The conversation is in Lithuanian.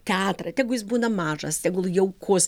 teatrą tegu jis būna mažas tegul jaukus